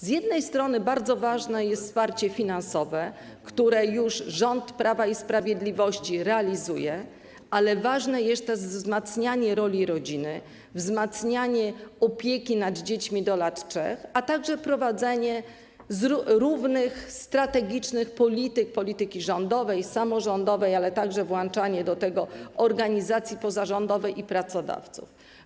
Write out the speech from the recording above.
Z jednej strony bardzo ważne jest wsparcie finansowe, które już rząd Prawa i Sprawiedliwości realizuje, ale ważne jest też wzmacnianie roli rodziny, wzmacnianie opieki nad dziećmi do lat 3, a także prowadzenie równych, strategicznych polityk - polityki rządowej, samorządowej oraz włączanie do tego organizacji pozarządowych i pracodawców.